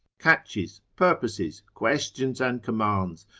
catches, purposes, questions and commands,